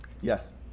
Yes